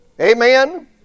Amen